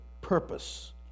purpose